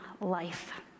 life